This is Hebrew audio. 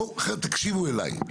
בואו, חבר'ה, תקשיבו אליי.